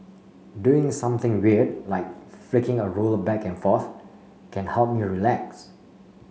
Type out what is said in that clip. doing something weird like flicking a ruler back and forth can help me relax